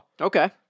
Okay